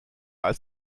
als